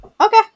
Okay